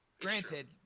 granted